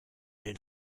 den